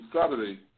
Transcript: Saturday